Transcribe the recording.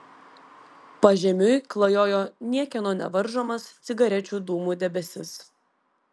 pažemiui klajojo niekieno nevaržomas cigarečių dūmų debesis